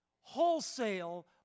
wholesale